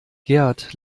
gerd